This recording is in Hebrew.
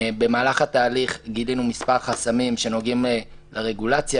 במהלך התהליך גילינו כמה חסמים שנוגעים לרגולציה,